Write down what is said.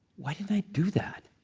why did i do that?